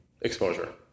exposure